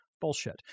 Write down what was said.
bullshit